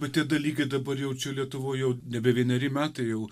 bet tie dalykai dabar jau čia lietuvoj jau nebe vieneri metai jau